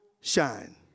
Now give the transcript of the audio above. shine